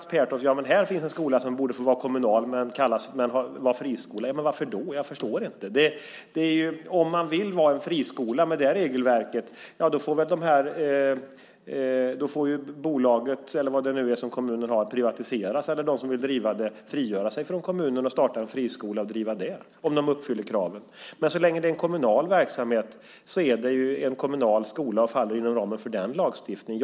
Mats Pertoft säger att här finns en skola som borde få vara kommunal men samtidigt vara friskola. Varför det? Jag förstår inte det. Om man vill vara en friskola med det regelverket får väl bolaget, eller vad det nu är som kommunen har, privatiseras, eller också får de som vill driva en friskola frigöra sig från kommunen och starta och driva den - om de uppfyller kraven. Men så länge det är en kommunal verksamhet är det en kommunal skola, och då faller den också inom ramen för den lagstiftningen.